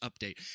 update